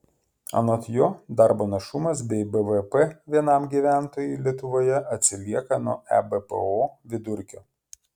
anot jo darbo našumas bei bvp vienam gyventojui lietuvoje atsilieka nuo ebpo vidurkio